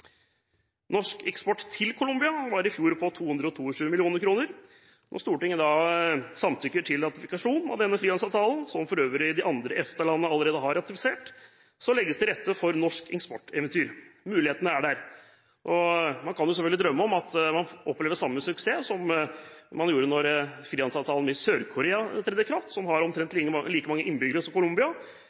Norsk eksport til Colombia var i fjor på 222 mill. kr. Når Stortinget samtykker til ratifikasjon av denne frihandelsavtalen, som for øvrig de andre EFTA-landene allerede har ratifisert, legges det til rette for et norsk eksporteventyr. Mulighetene er der, og man kan selvfølgelig drømme om at man opplever samme suksess som man gjorde da frihandelsavtalen med Sør-Korea trådte i kraft – et land som har omtrent like mange innbyggere som Colombia,